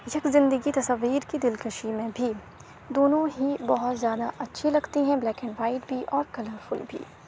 یک زندگی تصویر کی دلکشی میں بھی دونوں ہی بہت زیادہ اچھے لگتے ہیں بلیک اینڈ وائٹ بھی اور کلر فل بھی